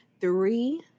Three